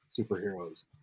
superheroes